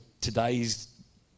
today's